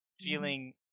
feeling